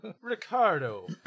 Ricardo